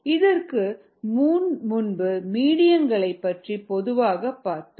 இதற்கு முன்பு மீடியங்களைப் பற்றி பொதுவாக பார்த்தோம்